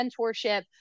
mentorship